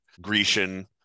Grecian